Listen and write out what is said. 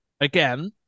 again